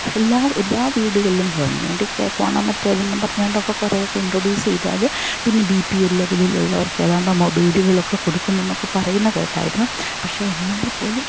എല്ലാ എല്ലാ വീടുകളിലും ഗവൺമെൻറ്റ് ഒക്കെ പോകണം എന്നും മറ്റേത് എന്നൊക്കെ പറഞ്ഞുകൊണ്ട് കുറേയൊക്കെ ഇൻട്രൊഡ്യൂസ് ചെയ്താൽ പിന്നെ ബി പി എൽ ലെവലിൽ ഉള്ളവർക്ക് ഏതാണ്ട് മൊബൈല്കളൊക്കെ കൊടുക്കുന്നു എന്നൊക്കെ പറയുന്നത് കേട്ടായിരുന്നു പക്ഷെ എന്നാൽപ്പോലും